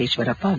Eshwarappa V